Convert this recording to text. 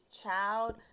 child